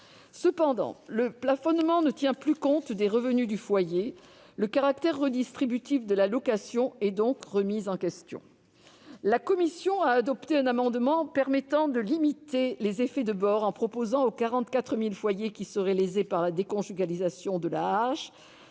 Cependant, le plafonnement ne tient plus compte des revenus du foyer ; le caractère redistributif de l'allocation est donc remis en question. La commission a adopté un amendement permettant de limiter les effets de bord, en proposant aux 44 000 foyers qui seraient lésés par la déconjugalisation de l'AAH de